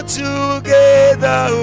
together